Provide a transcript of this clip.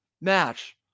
match